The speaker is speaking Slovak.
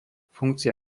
funkcia